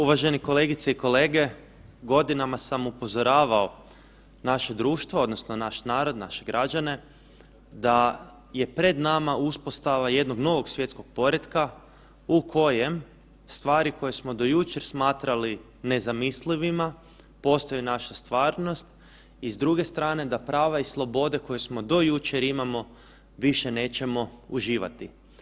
Uvaženi kolegice i kolege, godinama sam upozoravao naše društvo odnosno naš narod, naše građane da je pred nama uspostava jednog novog svjetskog poretka u kojem stvari koje smo do jučer smatrali nezamislivima, postaje naša stvarnost i, s druge strane, da prava i slobode koje smo do jučer imamo, više nećemo uživati.